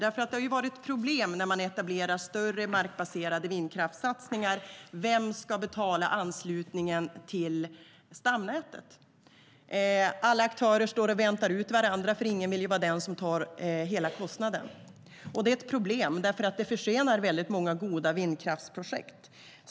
Det har nämligen varit ett problem när man etablerar större markbaserade vindkraftssatsningar när det gäller vem som ska betala anslutningen till stamnätet. Alla aktörer väntar ut varandra, för ingen vill vara den som tar hela kostnaden. Detta är ett problem, eftersom det försenar väldigt många goda vindkraftsprojekt.